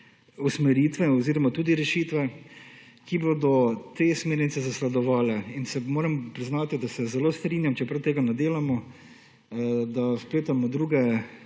usmeritve oziroma tudi rešite, ki bodo te smernice zasledovale in moram priznati, da se zelo strinjam, čeprav tega ne delamo, da vpletamo druge